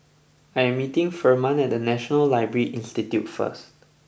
I am meeting Ferman at National Library Institute first